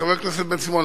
חבר הכנסת בן-סימון,